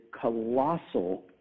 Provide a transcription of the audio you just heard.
colossal